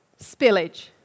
spillage